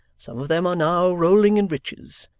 some of them are now rolling in riches,